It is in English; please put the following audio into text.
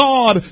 God